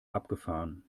abgefahren